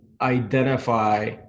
identify